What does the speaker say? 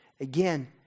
Again